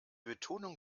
betonung